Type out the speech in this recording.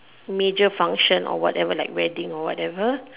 major function or whatever like wedding or whatever